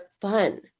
fun